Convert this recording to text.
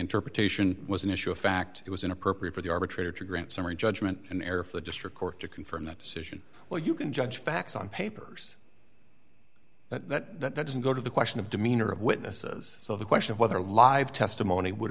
interpretation was an issue of fact it was inappropriate for the arbitrator to grant summary judgment an error for the district court to confirm that decision well you can judge facts on papers that doesn't go to the question of demeanor of witnesses so the question of whether live testimony would